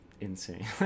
insane